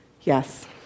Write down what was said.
Yes